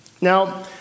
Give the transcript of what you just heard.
Now